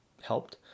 helped